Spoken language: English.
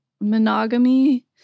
monogamy